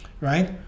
right